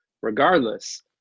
regardless